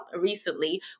recently